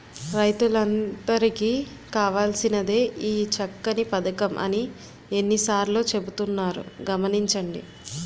రైతులందరికీ కావాల్సినదే ఈ చక్కని పదకం అని ఎన్ని సార్లో చెబుతున్నారు గమనించండి